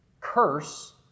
curse